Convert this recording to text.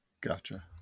Gotcha